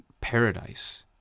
Paradise